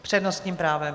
S přednostním právem.